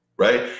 Right